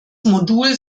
modul